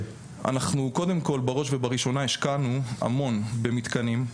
קודם כל בראש ובראשונה השקענו המון במתקנים,